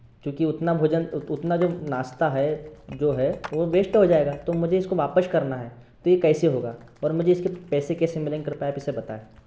क्योंकि उतना भोजन उतना जो नाश्ता है जो है वह वेस्ट हो जाएगा तो मुझे इसको वापस करना है तो यह कैसे होगा और मुझे इसके पैसे कैसे मिलेंगे कृपया आप इसे बताएँ